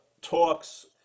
talks